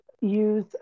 use